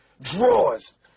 drawers